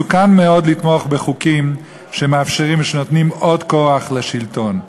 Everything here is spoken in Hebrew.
מסוכן מאוד לתמוך בחוקים שמאפשרים ונותנים עוד כוח לשלטון.